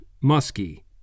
musky